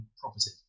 property